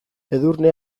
edurne